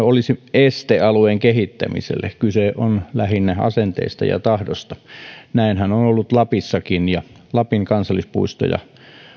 olisi este alueen kehittämiselle kyse on lähinnä asenteista ja tahdosta näinhän on ollut lapissakin lapin kansallispuistoja